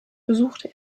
besuchte